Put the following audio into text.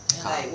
ya